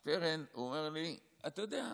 שטרן, באמת,